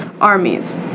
armies